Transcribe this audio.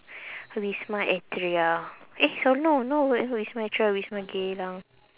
wisma atria eh sor~ no no what wisma atria wisma geylang